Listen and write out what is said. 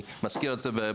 אני מזכיר את זה בחטף.